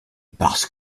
parce